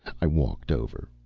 i walked over.